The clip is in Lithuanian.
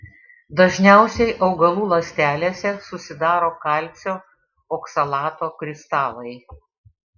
dažniausiai augalų ląstelėse susidaro kalcio oksalato kristalai